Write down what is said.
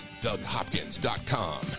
DougHopkins.com